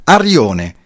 Arione